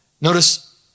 Notice